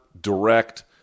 direct